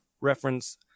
reference